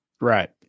Right